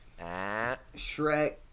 Shrek